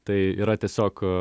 tai yra tiesiog